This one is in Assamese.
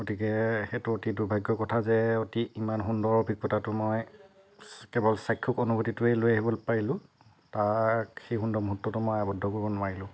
গতিকে সেইটো অতি দূৰ্ভাগ্যৰ কথা যে অতি ইমান সুন্দৰ অভিজ্ঞতাটো মই কেৱল চাক্ষুস অনূভূতিটোহে লৈ আহিব পাৰিলোঁ তাত সেই সুন্দৰ মূহূৰ্তটো আৱদ্ধ কৰিব নোৱাৰিলোঁ